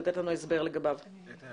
אתן רקע